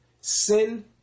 sin